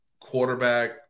quarterback